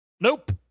Nope